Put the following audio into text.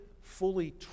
fully